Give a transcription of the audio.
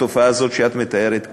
התופעה הזאת שאת מתארת קיימת.